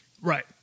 Right